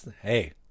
Hey